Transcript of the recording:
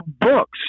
books